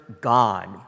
God